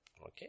Okay